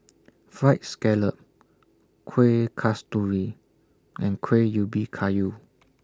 Fried Scallop Kueh Kasturi and Kuih Ubi Kayu